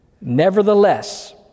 Nevertheless